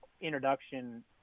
introduction